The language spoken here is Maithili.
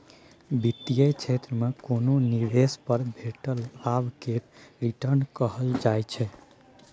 बित्तीय क्षेत्र मे कोनो निबेश पर भेटल लाभ केँ रिटर्न कहल जाइ छै